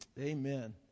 Amen